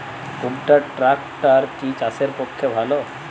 কুবটার ট্রাকটার কি চাষের পক্ষে ভালো?